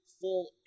full